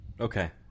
Okay